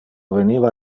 veniva